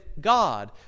God